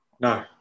no